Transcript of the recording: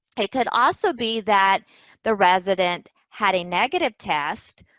it could also be that the resident had a negative test,